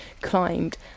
climbed